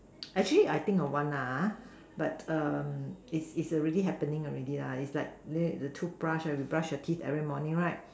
actually I think of one lah but is is already happening already lah is like the toothbrush we brush our teeth every morning right